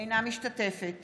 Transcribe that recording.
אינה משתתפת